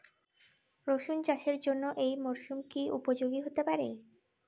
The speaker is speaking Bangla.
রসুন চাষের জন্য এই মরসুম কি উপযোগী হতে পারে?